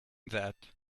that